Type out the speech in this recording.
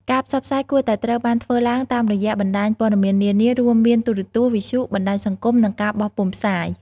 ការផ្សព្វផ្សាយគួរតែត្រូវបានធ្វើឡើងតាមរយៈបណ្តាញព័ត៌មាននានា រួមមានទូរទស្សន៍ វិទ្យុ បណ្តាញសង្គម និងការបោះពុម្ពផ្សាយ។